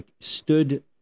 stood